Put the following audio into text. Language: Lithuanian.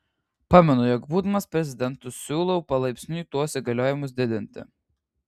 pamenu jog būdamas prezidentu siūlau palaipsniui tuos įgaliojimus didinti